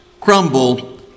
crumble